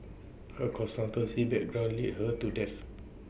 her consultancy background lead her to death